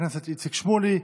חבר הכנסת איציק שמולי,